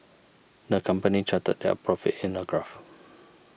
the company charted their profits in a graph